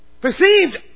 Perceived